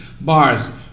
bars